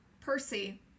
Percy